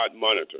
monitor